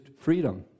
freedom